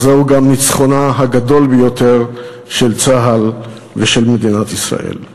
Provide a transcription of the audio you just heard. אך זהו גם הניצחון הגדול ביותר של צה"ל ושל מדינת ישראל.